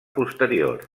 posterior